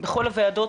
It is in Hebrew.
בכל הוועדות,